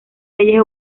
leyes